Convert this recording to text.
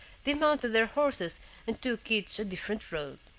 they mounted their horses and took each a different road.